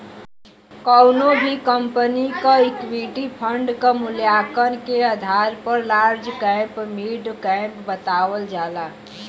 कउनो भी कंपनी क इक्विटी फण्ड क मूल्यांकन के आधार पर लार्ज कैप मिड कैप बतावल जाला